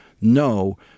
no